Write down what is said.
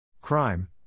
Crime